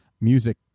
music